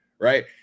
right